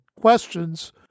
questions